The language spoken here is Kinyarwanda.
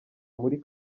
muri